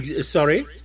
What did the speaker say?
Sorry